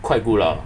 quite good lah